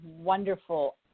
wonderful